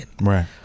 Right